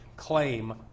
claim